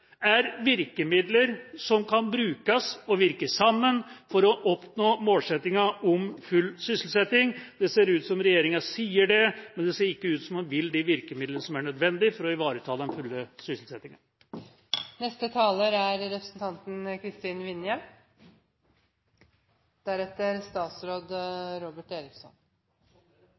er virkemidler som kan brukes og virke sammen for å oppnå målsettingen om full sysselsetting. Det ser ut som om regjeringa sier det, men det ser ikke ut som om den vil de virkemidlene som er nødvendig for å ivareta den fulle sysselsettingen. Noe av det viktigste vi som politikere kan gjøre, er